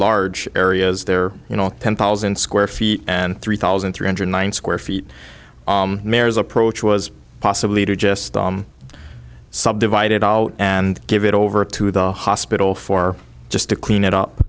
large areas they're you know ten thousand square feet and three thousand three hundred nine square feet mayer's approach was possibly to just subdivided out and give it over to the hospital for just to clean it up